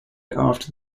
after